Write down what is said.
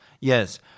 yes